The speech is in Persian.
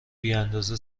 بیاندازه